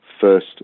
first